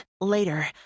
Later